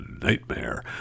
nightmare